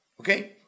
okay